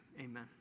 Amen